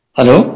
Hello